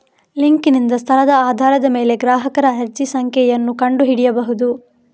ಲಿಂಕಿನಿಂದ ಸ್ಥಳದ ಆಧಾರದ ಮೇಲೆ ಗ್ರಾಹಕರ ಅರ್ಜಿ ಸಂಖ್ಯೆಯನ್ನು ಕಂಡು ಹಿಡಿಯಬಹುದು